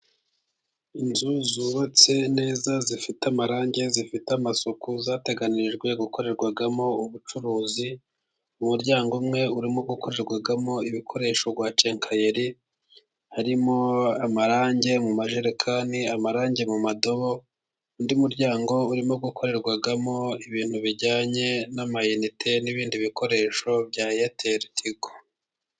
Inzu zubatse neza zifite amarangi zifite amasuku zateganijwe gukorerwamo ubucuruzi, umuryango umwe urimo gukorerwamo ibikoresho bya kenkayeri harimo amarangi mu majerekani , amarangi mu madobo. Undi muryango urimo gukorerwamo ibintu bijyanye n'amayinite n'ibindi bikoresho bya Eyateli tigo.